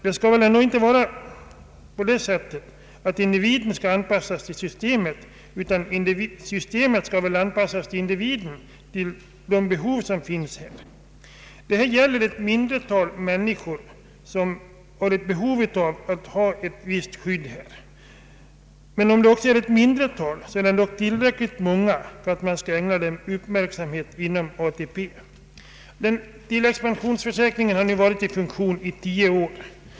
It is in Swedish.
Det skall väl ändå inte vara så att individen anpassas till systemet, utan systemet skall anpassas till individen och dennes behov. Det här gäller ett antal människor, vilka önskar ett visst försäkringsskydd. Men även om det är ett relativt litet antal är det tillräckligt många för att frågan bör ägnas uppmärksamhet inom ATP-systemet. Tilläggspensionsförsäkringen har nu varit i funktion i tio år.